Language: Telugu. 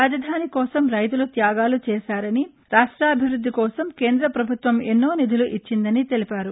రాజధాని కోసం రైతుల త్యాగాలు చేశారని రాష్టాభివృద్ది కోసం కేంద్ర పభుత్వం ఎన్నో నిధులు ఇచ్చిందని తెలిపారు